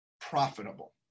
profitable